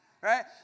Right